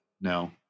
no